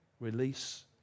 release